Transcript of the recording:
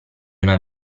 una